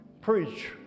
preach